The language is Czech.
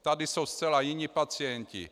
Tady jsou zcela jiní pacienti.